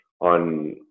on